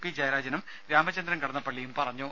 P ജയരാജനും രാമചന്ദ്രൻ കടന്നപ്പള്ളിയും പറഞ്ഞു